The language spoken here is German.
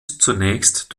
zunächst